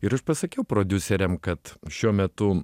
ir aš pasakiau prodiuseriam kad šiuo metu